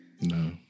No